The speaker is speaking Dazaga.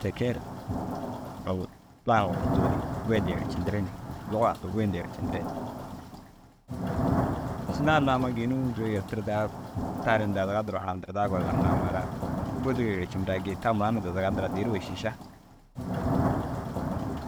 Te kee ru agu daawo hundu ni goyindu yercindire ni lugaa hundu goyindu yercidire. amma gênuu duro yertirdaa tar ini dazaga duro harandirdaa gor ginna amma ara bôdogi ru yercindiraa gii ta mura na dazaga nduraa dêroo šiša.